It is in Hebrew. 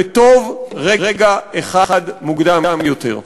וטוב רגע אחד מוקדם יותר.